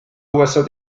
usa